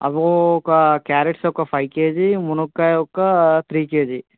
అవి ఒక క్యారెట్స్ ఒక ఫైవ్ కేజీ మునక్కాయ ఒక త్రీ కేజీ